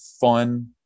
fun